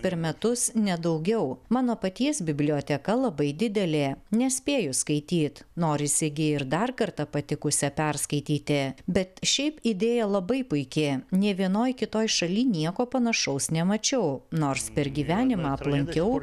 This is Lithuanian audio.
per metus ne daugiau mano paties biblioteka labai didelė nespėju skaityt norisi gi ir dar kartą patikusią perskaityti bet šiaip idėja labai puiki nė vienoj kitoj šaly nieko panašaus nemačiau nors per gyvenimą aplankiau